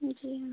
जी